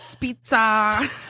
pizza